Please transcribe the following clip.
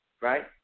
right